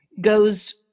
goes